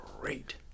great